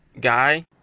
guy